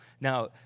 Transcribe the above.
Now